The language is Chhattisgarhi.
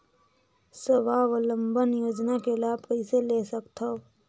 स्वावलंबन योजना के लाभ कइसे ले सकथव?